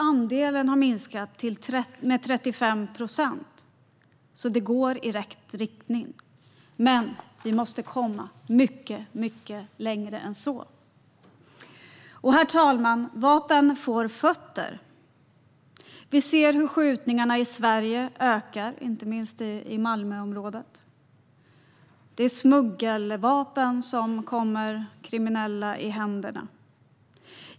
Andelen har nu minskat med 35 procent, så det går i rätt riktning. Men vi måste komma mycket längre än så. Herr talman! Vapen får fötter. Skjutningarna i Sverige ökar, inte minst i Malmöområdet. Det är smuggelvapen som kommer i händerna på kriminella.